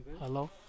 hello